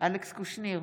אלכס קושניר,